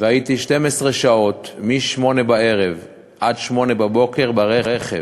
והייתי 12 שעות, מ-20:00 עד 08:00 ברכב.